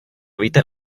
víte